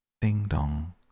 ding-dong